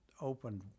opened